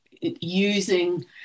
using